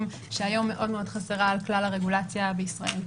שהיום מאוד מאוד חסרה על כלל הרגולציה בישראל.